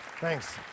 Thanks